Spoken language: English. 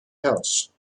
house